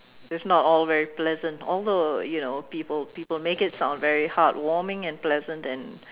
it's not all very pleasant although you know people people make it very heartwarming and pleasant and